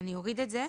אני אוריד את זה.